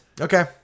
Okay